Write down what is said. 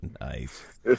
Nice